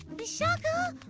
vishaka!